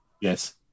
Yes